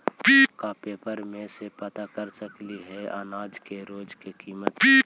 का पेपर में से पता कर सकती है अनाज के रोज के किमत?